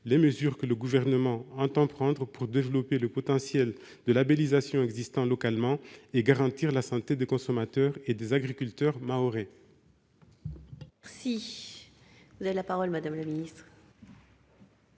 les mesures que le Gouvernement entend prendre pour développer le potentiel de labellisation existant localement et garantir la santé des consommateurs et des agriculteurs mahorais. La parole est à Mme la ministre.